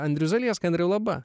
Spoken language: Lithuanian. andrius zalieska andriau laba